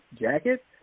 jacket